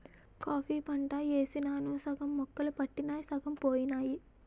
coffee పంట యేసినాను సగం మొక్కలు పుట్టినయ్ సగం పోనాయి